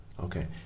Okay